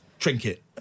Trinket